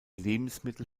lebensmittel